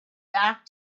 back